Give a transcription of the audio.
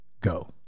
go